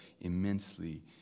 immensely